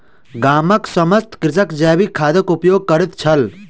गामक समस्त कृषक जैविक खादक उपयोग करैत छल